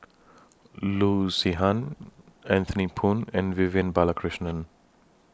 Loo Zihan Anthony Poon and Vivian Balakrishnan